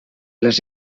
les